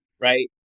right